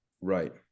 Right